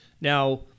Now